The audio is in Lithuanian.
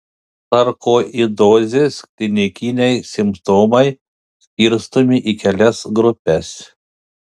sarkoidozės klinikiniai simptomai skirstomi į kelias grupes